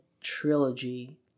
trilogy